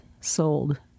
sold